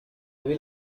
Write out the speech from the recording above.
will